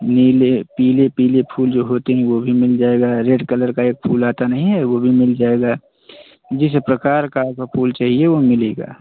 नीले पीले पीले फूल जो होते हैं वह भी मिल जाएगा रेड कलर का एक फूल आता नहीं है वह भी मिल जाएगा जिस प्रकार का आपका फूल चाहिए वह मिलेगा